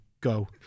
go